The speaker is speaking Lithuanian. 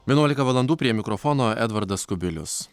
vienuolika valandų prie mikrofono edvardas kubilius